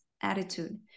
attitude